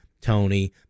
Tony